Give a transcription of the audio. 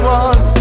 one